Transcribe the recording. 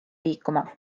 liikuma